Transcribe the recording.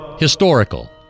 Historical